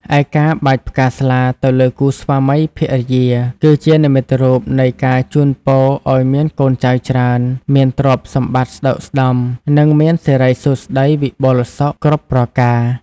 ឯការបាចផ្កាស្លាទៅលើគូស្វាមីភរិយា គឺជានិមិត្តរូបនៃការជូនពរឱ្យមានកូនចៅច្រើន មានទ្រព្យសម្បត្តិស្តុកស្តម្ភ និងមានសិរីសួស្តីវិបុលសុខគ្រប់ប្រការ ។